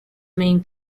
main